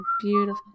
beautiful